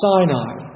Sinai